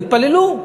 יתפללו.